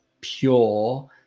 pure